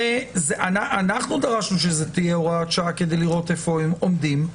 אנחנו דרשנו שזאת תהיה הוראת שעה כדי לראות איפה הם עומדים,